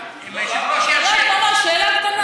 רק ממש שאלה קטנה.